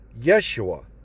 Yeshua